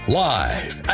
live